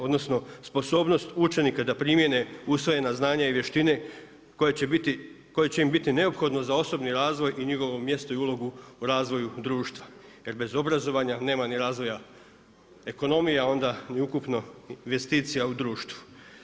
Odnosno sposobnost učenika da primjene usvojena znanja i vještine koje će im biti neophodne za osobni razvoj i njihovo mjesto i ulogu u razvoju društva jer bez obrazovanja nema ni razvoja ekonomija a onda ni ukupno investicija u društvu.